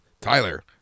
Tyler